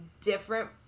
different